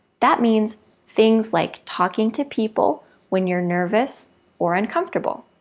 that means things like talking to people when you're nervous or uncomfortable,